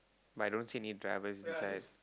but I don't see any drivers inside